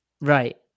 right